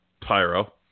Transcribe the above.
pyro